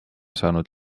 saanud